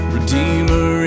Redeemer